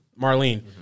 Marlene